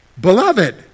Beloved